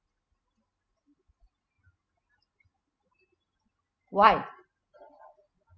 why